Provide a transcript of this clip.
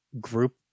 group